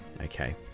Okay